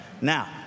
Now